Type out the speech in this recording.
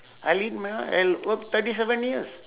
I live my own I worked thirty seven years